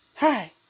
Hi